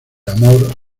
amor